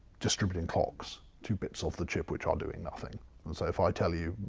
distributing clocks to bits of the chip which are doing nothing. and so if i tell you,